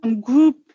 group